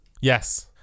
Yes